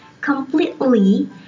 completely